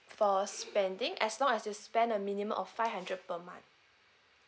for spending as long as you spend a minimum of five hundred per month